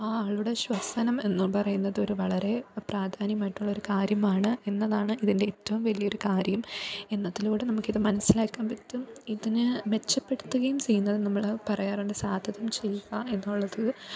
ആ ആളുടെ ശ്വസനം എന്ന് പറയുന്നത് വളരെ പ്രാധാന്യമായിട്ടുള്ളൊരു കാര്യമാണ് എന്നതാണ് ഇതിൻ്റെ ഏറ്റവും വലിയൊരു കാര്യം എന്നതിലൂടെ നമുക്ക് ഇത് മനസ്സിലാക്കാൻ പറ്റും ഇതിനെ മെച്ചപ്പെടുത്തുകയും ചെയ്യുന്നത് നമ്മള് പറയാറുണ്ട് സാധകം ചെയ്യുക എന്നുള്ളത്